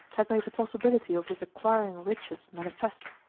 had made the possibility of his acquiring riches manifest,